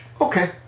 okay